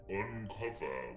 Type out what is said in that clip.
uncover